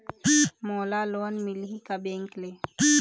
मोला लोन मिलही का बैंक ले?